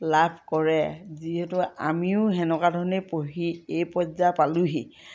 লাভ কৰে যিহেতু আমিও সেনেকুৱা ধৰণেই পঢ়ি এই পৰ্যায় পালোঁহি